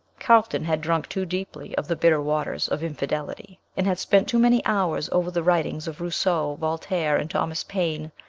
carlton had drunk too deeply of the bitter waters of infidelity, and had spent too many hours over the writings of rousseau, voltaire, and thomas paine,